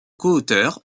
coauteur